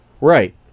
Right